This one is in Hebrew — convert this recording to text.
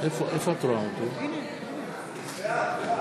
נגד יוסי יונה,